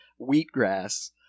wheatgrass